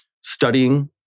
studying